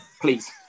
please